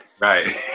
Right